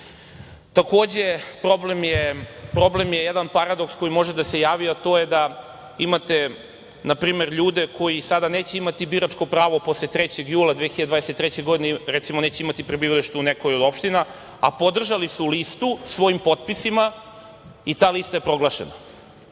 godina. Problem je jedan paradoks koji može da se javi, a to je da imate na primer ljude koji sada neće imati biračko pravo posle 3. jula 2023. godine, recimo, neće imati prebivalište u nekoj od opština, a podržali su listu svojim potpisima i ta lista je proglašena.